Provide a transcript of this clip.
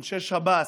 אנשי שב"ס,